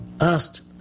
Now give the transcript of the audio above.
asked